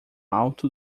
alto